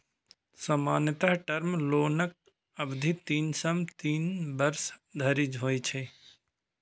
सामान्यतः टर्म लोनक अवधि तीन सं तीन वर्ष धरि होइ छै